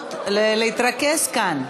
מפריעות להתרכז כאן.